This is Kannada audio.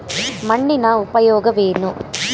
ಮಣ್ಣಿನ ಉಪಯೋಗವೇನು?